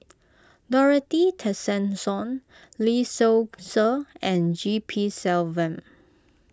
Dorothy Tessensohn Lee Seow Ser and G P Selvam